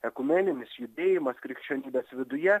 ekumeninis judėjimas krikščionybės viduje